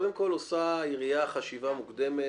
קודם כל עושה העירייה חשיבה מוקדמת